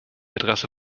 adresse